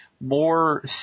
more